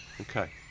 Okay